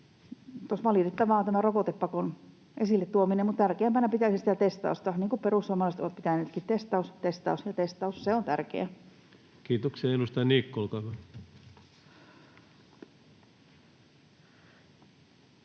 Tosi valitettavaa on tämä rokotepakon esille tuominen, mutta tärkeämpänä pitäisin sitä testausta, niin kuin perussuomalaiset ovat pitäneetkin. Testaus, testaus ja testaus — se on tärkeää. [Speech 26] Speaker: